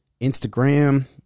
Instagram